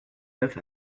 neuf